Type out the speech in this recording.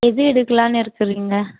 எது எடுக்கலானு இருக்கிறீங்க